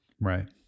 Right